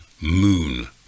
moon